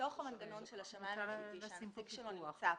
במנגנון של הממשלתי, שהעתק שלו נמצא פה,